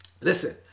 Listen